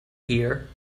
hear